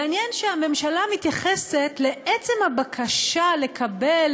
מעניין שהממשלה מתייחסת לעצם הבקשה לקבל